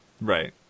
Right